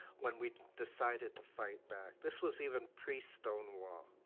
when we decided to fight back. this was even pre-stonewall.